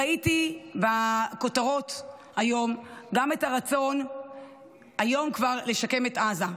ראיתי בכותרות היום גם את הרצון כבר היום לשקם את עזה.